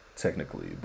technically